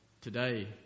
today